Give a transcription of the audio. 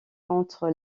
contre